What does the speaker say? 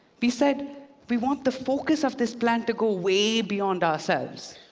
we said we want the focus of this plan to go way beyond ourselves.